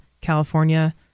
California